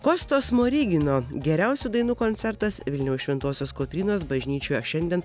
kosto smorigino geriausių dainų koncertas vilniaus šventosios kotrynos bažnyčioje šiandien